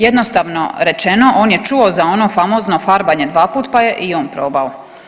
Jednostavno rečeno on je čuo za ono famozno farbanje dva put pa je i on probao.